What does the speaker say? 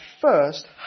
first